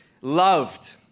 loved